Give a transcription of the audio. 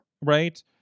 Right